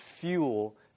fuel